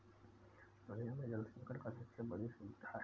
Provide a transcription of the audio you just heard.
दुनिया में जल संकट का सबसे बड़ी दुविधा है